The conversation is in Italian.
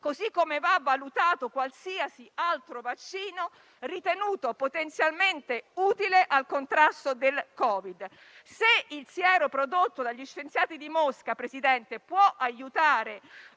così come va valutato qualsiasi altro vaccino ritenuto potenzialmente utile al contrasto del Covid. Se il siero prodotto dagli scienziati di Mosca, signor Presidente, può aiutare